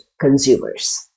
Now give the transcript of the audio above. consumers